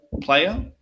player